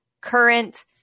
current